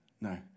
No